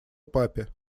папе